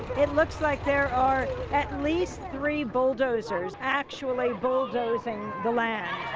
it looks like there are at least three bulldozers actually bulldozing the land.